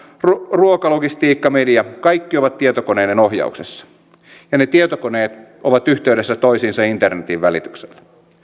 ruokalogistiikka media kaikki ovat tietokoneiden ohjauksessa ja ne tietokoneet ovat yhteydessä toisiinsa internetin välityksellä